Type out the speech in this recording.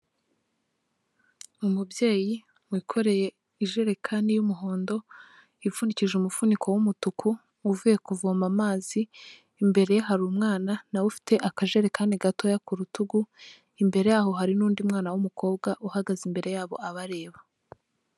Umubyeyi wikoreye ijerekani y'umuhondo ipfundikije umufuniko w'umutuku uvuye kuvoma amazi, imbere ye hari umwana nawe ufite akajerekani gatoya ku rutugu, imbere yaho hari n'undi mwana w'umukobwa uhagaze imbere yabo abareba.